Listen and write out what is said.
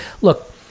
Look